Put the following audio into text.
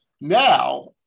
Now